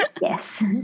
Yes